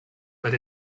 but